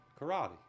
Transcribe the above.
karate